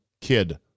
kid